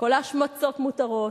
כל ההשמצות מותרות,